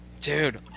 Dude